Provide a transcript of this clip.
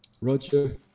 Roger